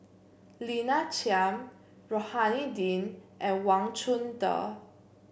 Lina Chiam Rohani Din and Wang Chunde